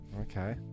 okay